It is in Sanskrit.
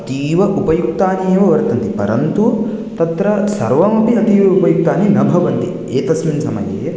अतीव उपयुक्तानि एव वर्तन्ते परन्तु तत्र सर्वमपि अतीव उपयुक्तानि न भवन्ति एकस्मिन् समये